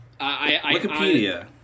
Wikipedia